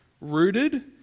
rooted